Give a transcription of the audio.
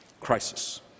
crisis